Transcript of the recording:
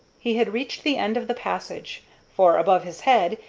he had reached the end of the passage for, above his head,